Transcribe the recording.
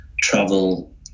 travel